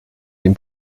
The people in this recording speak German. dem